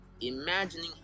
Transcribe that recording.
imagining